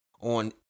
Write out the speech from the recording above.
on